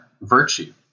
virtue